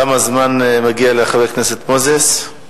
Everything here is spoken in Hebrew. כמה זמן מגיע לחבר הכנסת מוזס?